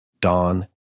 Dawn